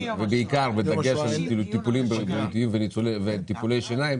בדגש על טיפולים בריאותיים וטיפולי שיניים,